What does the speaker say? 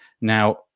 Now